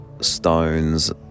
stones